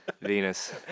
Venus